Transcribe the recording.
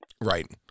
Right